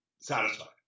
satisfied